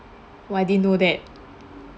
!wah! I didn't know that